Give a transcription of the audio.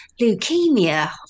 leukemia